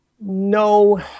No